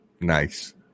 Nice